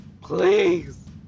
please